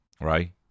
Right